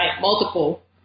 multiple